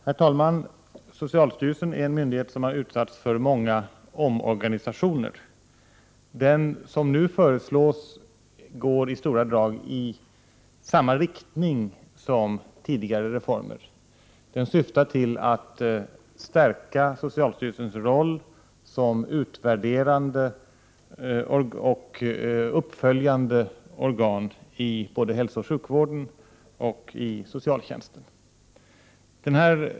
Herr talman! Socialstyrelsen är en myndighet som har utsatts för många omorganisationer. Den som nu föreslås går i stora drag i samma riktning som tidigare reformer. Den syftar till att stärka socialstyrelsens roll som utvärderande och uppföljande organ både i hälsooch sjukvården och i socialtjänsten.